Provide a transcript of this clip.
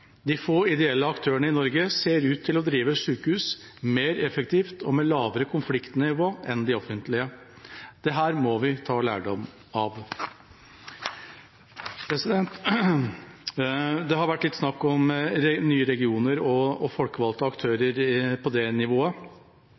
De få ideelle aktørene i Norge ser ut til å drive sykehus mer effektivt og med lavere konfliktnivå enn de offentlige. Dette må vi ta lærdom av. Det har vært litt snakk om nye regioner og folkevalgte aktører på det nivået.